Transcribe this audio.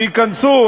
שייכנסו,